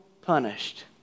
punished